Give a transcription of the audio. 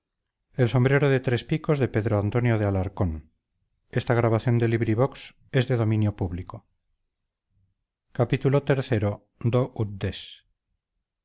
del sombrero de tres picos son